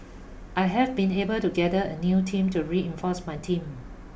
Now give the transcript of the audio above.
I have been able to gather a new team to reinforce my team